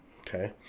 Okay